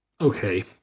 Okay